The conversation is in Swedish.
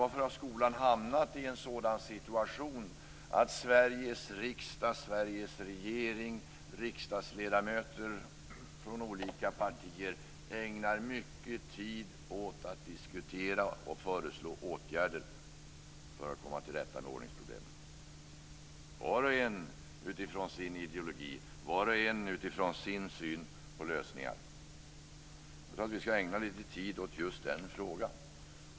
Varför har skolan hamnat i en sådan situation att Sveriges riksdag, Sveriges regering och riksdagsledamöter från olika partier ägnar mycket tid åt att diskutera och föreslå åtgärder för att komma till rätta med ordningsproblemen, var och en utifrån sin ideologi, var och en utifrån sin syn på lösningar? Jag tror att vi skall ägna lite tid just åt den frågan.